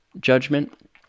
judgment